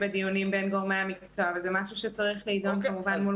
בדיונים בין גורמי המקצוע וזה משהו שצריך להידון כמובן מול